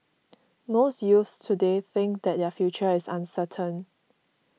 most youths today think that their future is uncertain